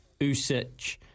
Usic